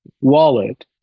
wallet